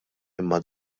imma